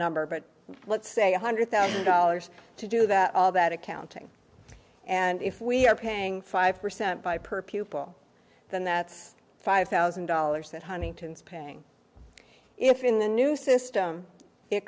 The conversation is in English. number but let's say one hundred thousand dollars to do that all that accounting and if we are paying five percent by per pupil then that's five thousand dollars that huntington's paying if in the new system it